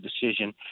decision